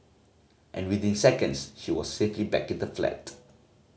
and within seconds she was safely back in the flat